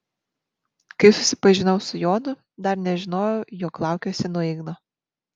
kai susipažinau su jonu dar nežinojau jog laukiuosi nuo igno